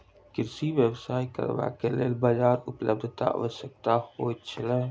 कृषि व्यवसाय करबाक लेल बाजारक उपलब्धता आवश्यक होइत छै